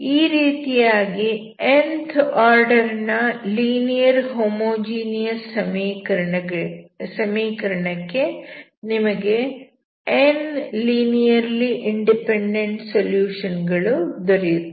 ಈ ರೀತಿಯಾಗಿ nth order ನ ಲೀನಿಯರ್ ಹೋಮೋಜಿನಿಯಸ್ ಸಮೀಕರಣಕ್ಕೆ ನಿಮಗೆ n ಲೀನಿಯರ್ಲಿ ಇಂಡಿಪೆಂಡೆಂಟ್ ಸೊಲ್ಯೂಷನ್ ಗಳು ದೊರೆಯುತ್ತವೆ